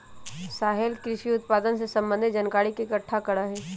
सोहेल कृषि उत्पादन से संबंधित जानकारी के इकट्ठा करा हई